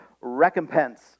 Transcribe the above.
recompense